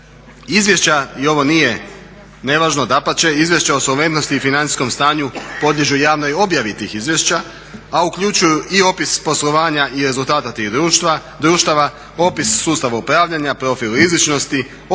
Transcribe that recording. Izvješća i ovo nije nevažno dapače, izvješća o solventnosti i financijskom stanju podliježu javnoj objavit ih izvješća a uključuju i opis poslovanja i rezultata tih društava, opis sustava upravljanja, profil rizičnosti, opis